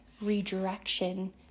redirection